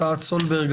הצעת סולברג,